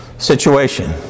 situation